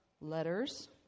letters